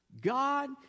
God